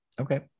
Okay